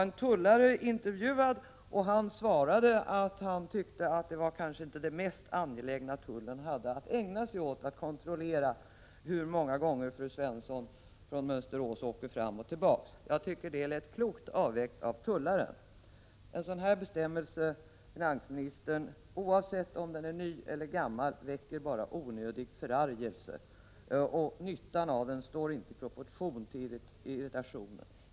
En tullare var intervjuad och sade att det kanske inte var tullens angelägnaste fråga att ägna sig åt att kontrollera hur många gånger fru Svensson från Mönsterås åkte fram och tillbaka. Det tycker jag var en klok avvägning av den tullaren. En sådan bestämmelse, finansministern, oavsett om den är ny eller gammal, väcker bara onödig förargelse. Nyttan av den står inte i proportion till irritationen.